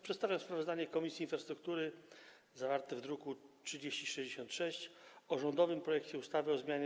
Przedstawiam sprawozdanie Komisji Infrastruktury zawarte w druku nr 3066 o rządowym projekcie ustawy o zmianie